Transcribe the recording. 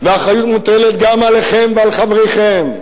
והאחריות מוטלת גם עליכם ועל חבריכם.